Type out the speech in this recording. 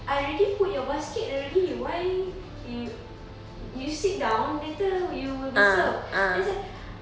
I already put your basket already why yo~ you sit down later you will be served then he say